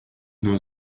know